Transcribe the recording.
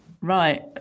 right